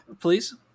please